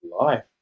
life